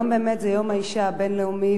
היום באמת יום האשה הבין-לאומי,